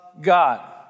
God